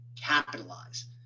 Capitalize